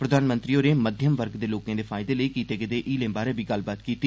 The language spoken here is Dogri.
प्रधानमंत्री होरें मध्यम वर्ग दे लोकें दे फायदे लेई कीते गेदे हीलें बारै बी गल्लबात कीती